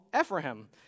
Ephraim